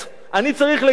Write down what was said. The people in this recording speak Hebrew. אני צריך לגנות?